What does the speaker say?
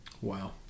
Wow